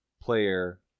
player